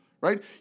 right